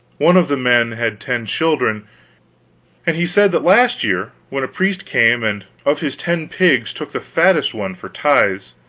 one of the men had ten children and he said that last year when a priest came and of his ten pigs took the fattest one for tithes,